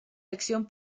acción